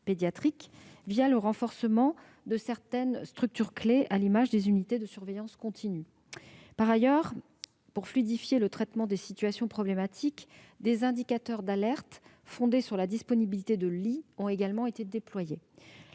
le renforcement de certaines structures clés, comme les unités de surveillance continue. Par ailleurs, afin de fluidifier le traitement des situations problématiques, des indicateurs d'alerte fondés sur la disponibilité de lits ont été déployés.